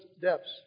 depths